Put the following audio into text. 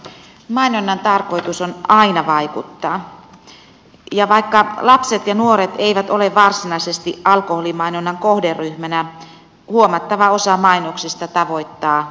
mainonnan tarkoitus on aina vaikuttaa ja vaikka lapset ja nuoret eivät ole varsinaisesti alkoholimainonnan kohderyhmänä huomattava osa mainoksista tavoittaa alaikäiset